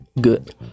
good